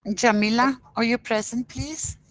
jamila are you present please?